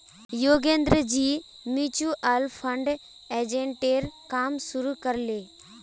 योगेंद्रजी mutual fund एजेंटेर काम शुरू कर ले